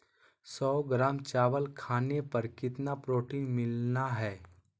सौ ग्राम चावल खाने पर कितना प्रोटीन मिलना हैय?